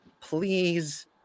please